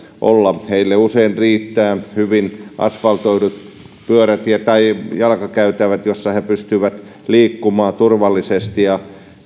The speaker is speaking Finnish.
olla heille usein riittää hyvin asfaltoidut jalkakäytävät missä he pystyvät liikkumaan turvallisesti ja